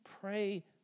Pray